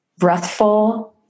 breathful